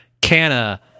canna